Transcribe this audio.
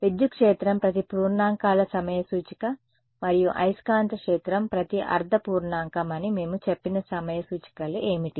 విద్యుత్ క్షేత్రం ప్రతి పూర్ణాంకాల సమయ సూచిక మరియు అయస్కాంత క్షేత్రం ప్రతి అర్ధ పూర్ణాంకం అని మేము చెప్పిన సమయ సూచికలు ఏమిటి